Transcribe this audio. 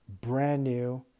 brand-new